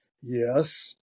Yes